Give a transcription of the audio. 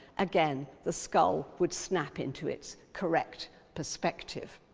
again, the skull would snap into its correct perspective.